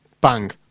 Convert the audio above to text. Bang